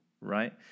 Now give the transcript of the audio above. right